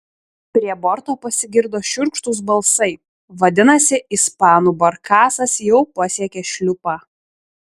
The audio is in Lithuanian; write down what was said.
prie borto pasigirdo šiurkštūs balsai vadinasi ispanų barkasas jau pasiekė šliupą